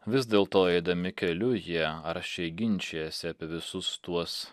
vis dėlto eidami keliu jie aršiai ginčijasi apie visus tuos